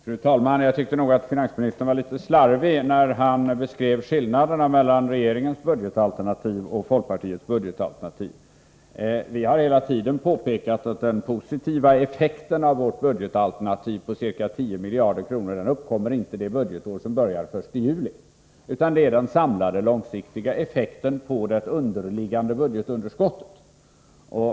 Fru talman! Jag tyckte nog att finansministern var litet slarvig när han beskrev skillnaderna mellan regeringens och folkpartiets budgetalternativ. Vi har hela tiden påpekat att den positiva effekten av vårt budgetalternativ, på ca 10 miljarder kronor, inte uppkommer det budgetår som börjar den 1 juli i år, utan att det gäller den samlade långsiktiga effekten på det underliggande budgetunderskottet.